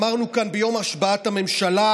אמרנו כאן ביום השבעת הממשלה: